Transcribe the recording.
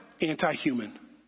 anti-human